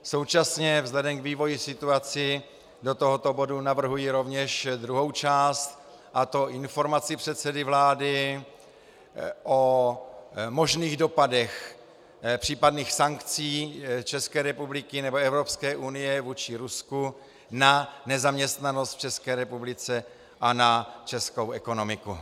Současně vzhledem k vývoji situace do tohoto bodu navrhuji rovněž druhou část, a to informaci předsedy vlády o možných dopadech případných sankcí České republiky nebo Evropské unie vůči Rusku na nezaměstnanost v České republice a na českou ekonomiku.